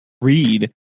read